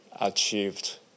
achieved